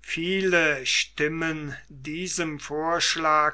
viele stimmen diesem vorschlag